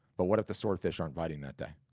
but what if the swordfish aren't biting that day?